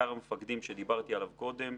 אתר המפקדים שדיברתי עליו קודם.